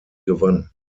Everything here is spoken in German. gewann